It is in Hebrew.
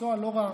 מקצוע לא רע.